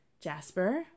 Jasper